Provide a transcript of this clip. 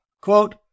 Quote